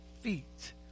feet